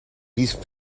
these